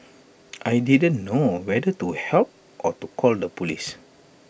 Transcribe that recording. I didn't know whether to help or to call the Police